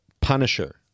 Punisher